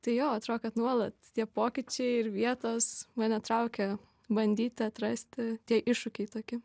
tai jo atrodo kad nuolat tie pokyčiai ir vietos mane traukia bandyti atrasti tie iššūkiai tokie